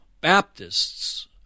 Baptists